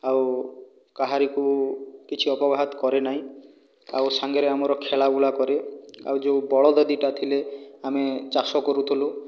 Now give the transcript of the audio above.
ଆଉ କାହାରିକୁ କିଛି ଅପଘାତ କରେ ନାହିଁ ଆଉ ସାଙ୍ଗରେ ଆମର ଖେଳା ବୁଲା କରେ ଆଉ ଯେଉଁ ବଳଦ ଦୁଇଟା ଥିଲେ ଆମେ ଚାଷ କରୁଥିଲୁ